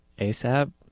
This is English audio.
ASAP